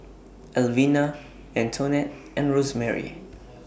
Elvina Antonette and Rosemarie